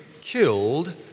killed